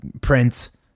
Prince